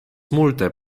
multe